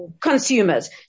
Consumers